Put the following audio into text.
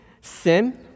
sin